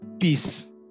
peace